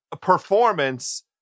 performance